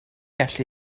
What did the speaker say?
allu